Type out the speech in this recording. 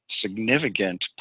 significant